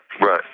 Right